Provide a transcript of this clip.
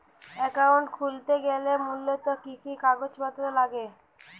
Account খুলতে গেলে মূলত কি কি কাগজপত্র লাগে?